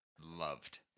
loved